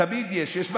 תמיד יש.